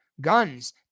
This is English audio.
guns